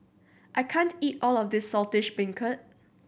I can't eat all of this Saltish Beancurd